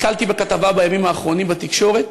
נתקלתי בימים האחרונים בכתבה בתקשורת,